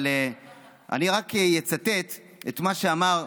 אני רק אצטט את מה שאמר,